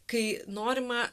kai norima